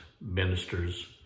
ministers